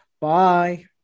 Bye